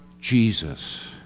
Jesus